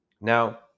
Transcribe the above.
Now